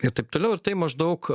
ir taip toliau ir tai maždaug